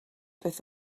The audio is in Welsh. beth